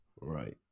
Right